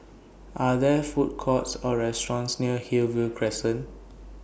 Are There Food Courts Or restaurants near Hillview Crescent